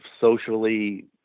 socially